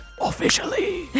Officially